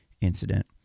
incident